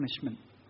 punishment